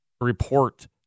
report